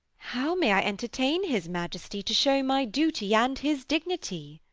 how may i entertain his majesty, to shew my duty and his dignity?